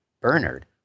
Bernard